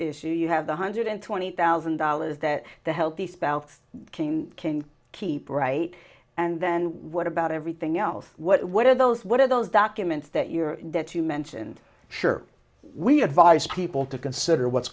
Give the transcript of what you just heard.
issue you have one hundred twenty thousand dollars that the healthy spouse king can keep right and then what about everything else what are those what are those documents that you're that you mentioned sure we advise people to consider what's